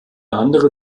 andere